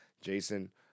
Jason